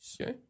Okay